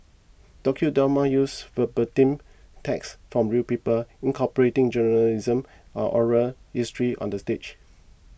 docudramas use verbatim text from real people incorporating journalism and oral history on the stage